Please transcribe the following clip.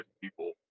people